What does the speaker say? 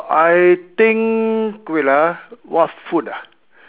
I think wait ah what food ah